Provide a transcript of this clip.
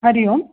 हरिः ओं